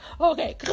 Okay